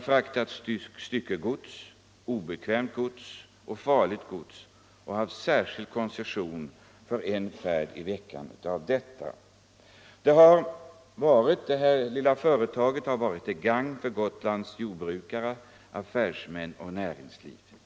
fraktat styckegods, obekvämt gods och farligt gods och haft särskild koncession för en färd i veckan. Det lilla företaget har varit till gagn för Gotlands jordbrukare, affärsmän och näringsliv i allmänhet.